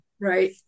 Right